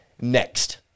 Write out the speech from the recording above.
next